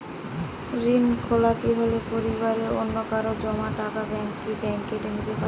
ঋণখেলাপি হলে পরিবারের অন্যকারো জমা টাকা ব্যাঙ্ক কি ব্যাঙ্ক কেটে নিতে পারে?